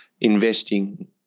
investing